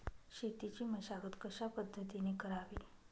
शेतीची मशागत कशापद्धतीने करावी?